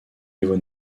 niveau